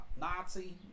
Nazi